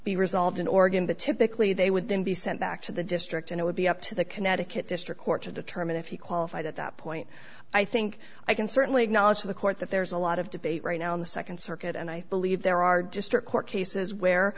be resolved in oregon the typically they would then be sent back to the district and it would be up to the connecticut district court to determine if he qualified at that point i think i can certainly acknowledge to the court that there's a lot of debate right now in the second circuit and i believe there are district court cases where